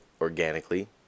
organically